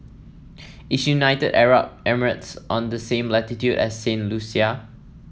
is United Arab Emirates on the same latitude as Saint Lucia